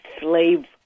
slave